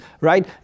right